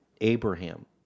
Abraham